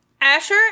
Asher